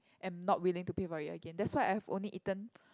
and not willing to pay for it again that's why I have only eaten